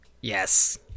Yes